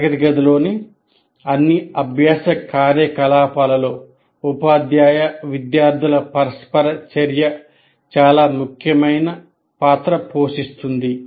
తరగతి గదిలోని అన్ని అభ్యాస కార్యకలాపాలలో ఉపాధ్యాయ విద్యార్థుల పరస్పర చర్య చాలా ముఖ్యమైన పాత్ర పోషిస్తుంది